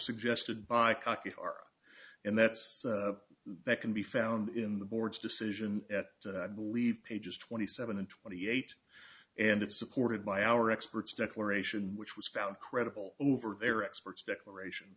suggested by cauchy are and that's that can be found in the board's decision at believe pages twenty seven and twenty eight and it's supported by our experts declaration which was found credible over their experts declaration